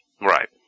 Right